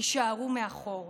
יישארו מאחור.